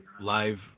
Live